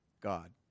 God